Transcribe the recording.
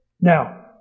Now